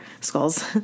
skulls